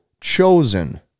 chosen